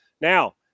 Now